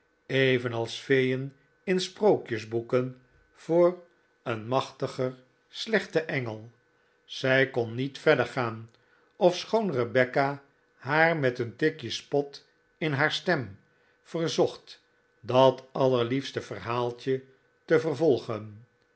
evenals feeen in sprookjesboeken voor een machtiger slechten engel zij kon niet verder gaan ofschoon rebecca haar met een tikje spot in haar stem verzocht dat allerliefste verhaaltje te vervolgen